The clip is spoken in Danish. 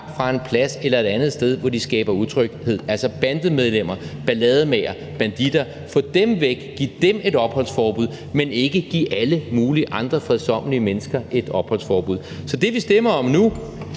fra en plads eller et andet sted, hvor de skaber utryghed; altså at få bandemedlemmer, ballademagere, banditter væk, give dem et opholdsforbud, men ikke give alle mulige andre fredsommelige mennesker et opholdsforbud. Så det, vi stemmer om nu,